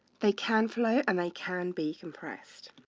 they can float and they can be compressed.